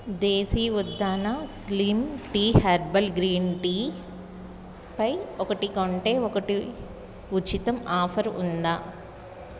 దేశీ ఉత్థాన slim tea herbal green టీపై ఒకటి కొంటే ఒకటి ఉచితం ఆఫరు ఉందా